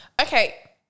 Okay